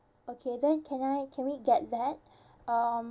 okay then can I can we get that um